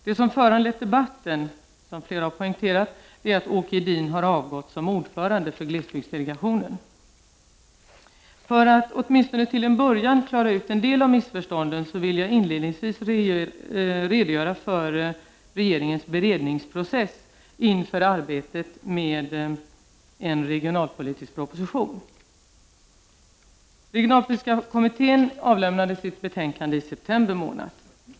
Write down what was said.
Det som föranlett debatten är, som flera talare har poängterat, att Åke Edin har avgått som ordförande för glesbygdsdelegationen. För att åtminstone klara ut en del av missförstånden vill jag inledningsvis redogöra för regeringens beredningsprocess inför arbetet med en regionalpolitisk proposition. Den regionalpolitiska kommittén avlämnade i september månad sitt betänkande.